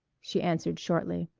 she answered shortly.